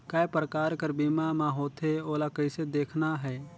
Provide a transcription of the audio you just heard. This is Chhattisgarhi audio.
काय प्रकार कर बीमा मा होथे? ओला कइसे देखना है?